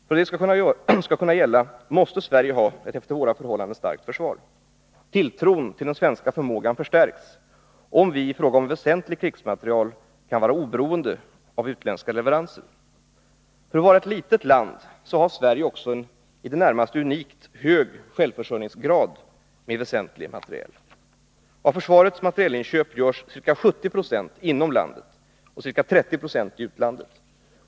För att detta skall kunna gälla måste Sverige ha ett efter våra förhållanden starkt försvar. Tilltron till den svenska förmågan förstärks om vi i fråga om väsentlig krigsmateriel kan vara oberoende av utländska leveranser. För att vara ett litet land har Sverige också en i det närmaste unikt hög självförsörjningsgrad med väsentlig materiel. Av försvarets materielinköp görs ca 70 90 inom landet och ca 30 90 i utlandet.